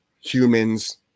humans